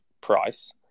price